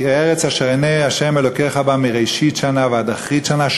כי ארץ אשר עיני ה' אלוקיך בה מראשית שנה ועד אחרית שנה,